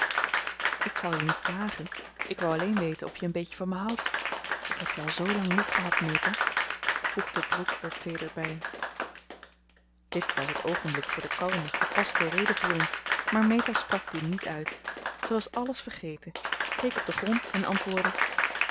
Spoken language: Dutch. ik zal je niet plagen ik wou alleen weten of je een beetje van me houdt ik heb je al zoolang liefgehad meta voegde brooke er teeder bij dit was het oogenblik voor de kalme gepaste redevoering maar meta sprak die niet uit zij was alles vergeten keek op den grond en antwoordde